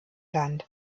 land